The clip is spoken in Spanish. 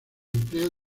empleo